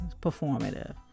Performative